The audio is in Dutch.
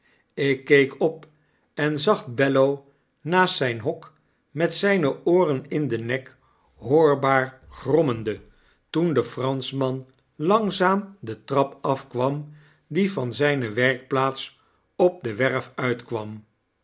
ik keek op en zag bello naast zjjn hok met zijne ooren in den nek hoorbaar grommende toen de pranschman langzaam de trap afkwam die van zijne werkplaats op de werf uitkwam